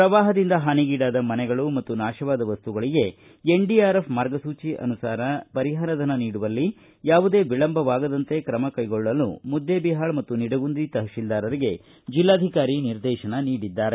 ಶ್ರವಾಹದಿಂದ ಹಾನಿಗೀಡಾದ ಮನೆಗಳು ಮತ್ತು ನಾಶವಾದ ವಸ್ತುಗಳಗೆ ಎನ್ಡಿಆರ್ಎಫ್ ಮಾರ್ಗಸೂಚಿ ಅನುಸಾರ ಪರಿಹಾರ ಧನ ನೀಡುವಲ್ಲಿ ವಿಳಂಬವಾಗದಂತೆ ಕ್ರಮ ಕೈಗೊಳ್ಳಲು ಮುದ್ದಬಿಹಾಳ ಮತ್ತು ನಿಡಗುಂದಿ ತಹಶೀಲ್ದಾರರಿಗೆ ಜಿಲ್ಲಾಧಿಕಾರಿ ನಿರ್ದೇಶಿಸಿದ್ದಾರೆ